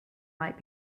might